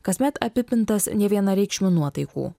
kasmet apipintas nevienareikšmių nuotaikų